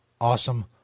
Awesome